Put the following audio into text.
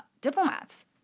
diplomats